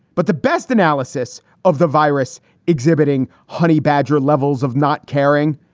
but the best analysis of the virus exhibiting honey badger levels of not caring.